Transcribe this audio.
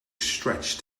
stretch